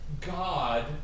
God